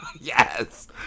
Yes